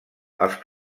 els